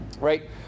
right